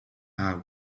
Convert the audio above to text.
are